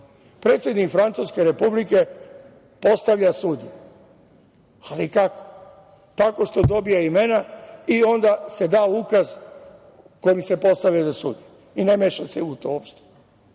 Predsednik Francuske Republike postavlja sudije, ali kako? Tako što dobije imena i onda se da ukaz kojim se postavljaju sudije i on se u to ne